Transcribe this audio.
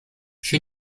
przy